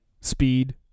speed